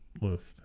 list